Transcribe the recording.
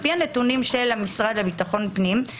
על פי הנתונים של המשרד לביטחון הפנים,